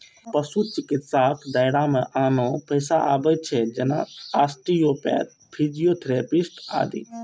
पशु चिकित्साक दायरा मे आनो पेशा आबै छै, जेना आस्टियोपैथ, फिजियोथेरेपिस्ट आदि